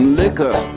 liquor